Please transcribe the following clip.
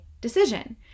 decision